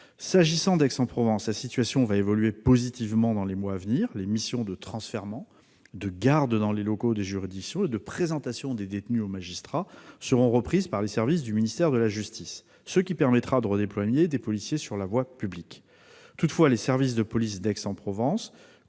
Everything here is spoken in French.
S'agissant d'Aix-en-Provence, la situation va évoluer positivement dans les mois à venir. Les missions de transfèrement, de garde dans les locaux des juridictions et de présentation de détenus aux magistrats seront reprises par les services du ministère de la justice, ce qui permettra de redéployer des policiers sur la voie publique. Toutefois, les services de police d'Aix-en-Provence